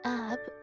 up